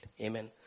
Amen